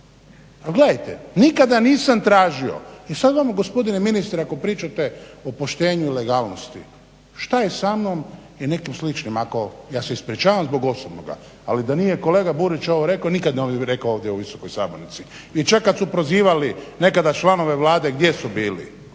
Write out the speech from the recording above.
Ali gledajte, nikada nisam tražio i sad gospodine ministre ako pričate o poštenju i legalnosti šta je sa mnom i nekim sličnim ako ja se ispričavam zbog osobnoga, ali da nije kolega Burić ovo rekao nikad ne bih rekao ovdje u visokoj sabornici. I čak kad su prozivali nekada članove Vlade gdje su bili.